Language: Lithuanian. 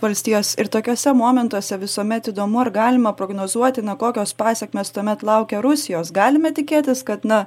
valstijos ir tokiuose momentuose visuomet įdomu ar galima prognozuoti na kokios pasekmės tuomet laukia rusijos galime tikėtis kad na